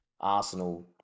Arsenal